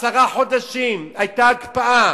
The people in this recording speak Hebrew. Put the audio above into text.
עשרה חודשים היתה הקפאה.